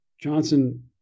Johnson